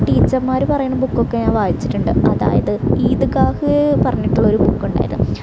ടീച്ചർമാർ പറയണ ബുക്കൊക്കെ ഞാൻ വായിച്ചിട്ടുണ്ട് അതായത് ഈദ്ഗാഹ് പറഞ്ഞിട്ടുള്ള ഒരു ബുക്കുണ്ടായിരുന്നു